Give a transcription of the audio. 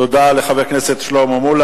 תודה לחבר הכנסת שלמה מולה.